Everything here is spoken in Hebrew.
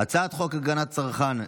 חוק הגנת הצרכן (תיקון,